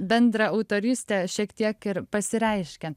bendra autorystė šiek tiek ir pasireiškia